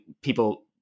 people